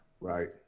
Right